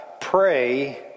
pray